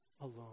alone